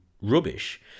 rubbish